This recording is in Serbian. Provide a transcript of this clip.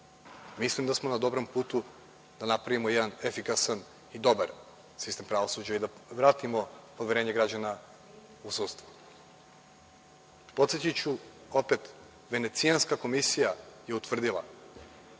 mislim da smo na dobrom putu da napravimo jedan efikasan i dobar sistem pravosuđa i da vratimo poverenje građana u sudstvo. Podsetiću opet, Venecijanska komisija je utvrdila